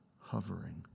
hovering